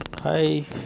hi